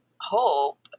hope